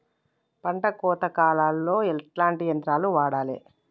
పంట కోత కాలాల్లో ఎట్లాంటి యంత్రాలు వాడాలే?